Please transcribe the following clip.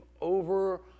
over